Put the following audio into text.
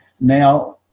Now